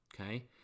Okay